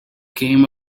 came